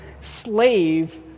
slave